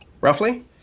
Roughly